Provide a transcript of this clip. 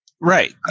Right